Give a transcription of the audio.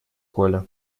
коля